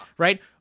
Right